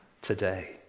today